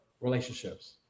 Relationships